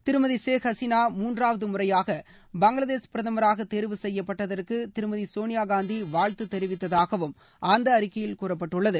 திருமதி ஷேக் ஹசினா மூன்றாவது முறையாக பங்களாதேஷ் பிரதமராக தேர்வு செய்யப்பட்டதற்கு திருமதி சோனியா காந்தி வாழ்த்து தெரிவித்ததாகவும் அந்த அறிக்கையில் கூறப்பட்டுள்ளது